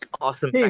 awesome